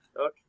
Okay